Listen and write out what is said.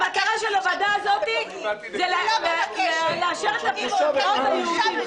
המטרה של הוועדה הזו היא לאשר את הפרעות ביהודים.